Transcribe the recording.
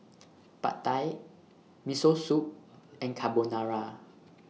Pad Thai Miso Soup and Carbonara